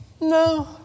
no